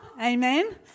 Amen